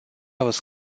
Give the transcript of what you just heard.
was